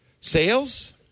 Sales